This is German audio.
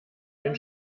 ein